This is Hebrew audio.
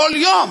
כל יום.